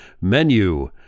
menu